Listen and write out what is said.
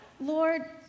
Lord